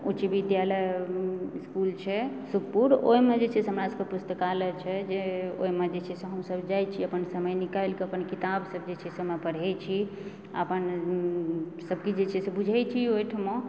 उच्च विद्यालय इसकुल छै सुखपुर